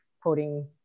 quoting